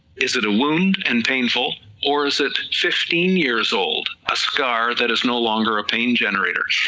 is it a wound and painful, or is it fifteen years old, a scar that is no longer a pain generator,